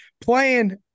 playing